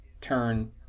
turn